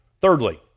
Thirdly